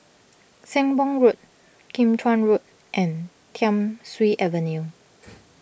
Sembong Road Kim Chuan Road and Thiam Siew Avenue